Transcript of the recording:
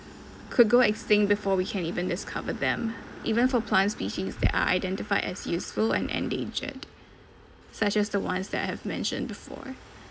could go extinct before we can even discovered them even for plant species that are identified as useful and endangered such as the ones that I have mentioned before